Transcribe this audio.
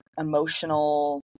emotional